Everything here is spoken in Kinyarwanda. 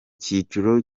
cyiciro